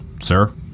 Sir